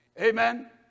Amen